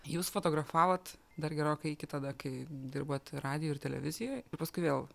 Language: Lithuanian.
jūs fotografavot dar gerokai iki tada kai dirbot radijuj ir televizijoj paskui vėl